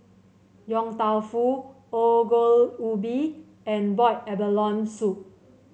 Yong Tau Foo Ongol Ubi and Boiled Abalone Soup